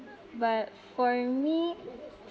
but for me uh